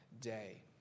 day